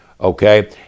okay